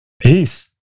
Peace